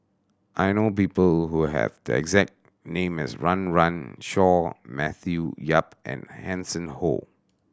I know people who have the exact name as Run Run Shaw Matthew Yap and Hanson Ho